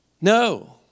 No